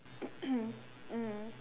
mm